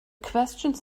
questions